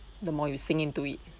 the more you sink into it